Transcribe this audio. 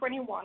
2021